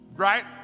right